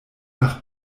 nach